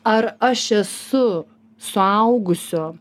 ar aš esu suaugusio